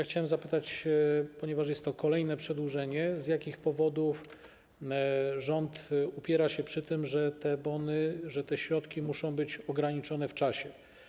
Chciałem zapytać, ponieważ jest to kolejne przedłużenie, z jakich powodów rząd upiera się przy tym, że te bony, że te środki muszą być ograniczone w czasie?